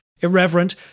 irreverent